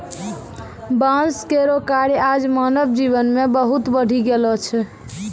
बांस केरो कार्य आज मानव जीवन मे बहुत बढ़ी गेलो छै